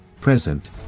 present